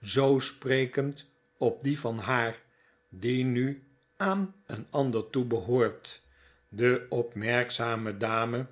zoo sprekend op dien van haar die nu aan een ander toebehoort de opmerkzame dame